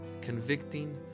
convicting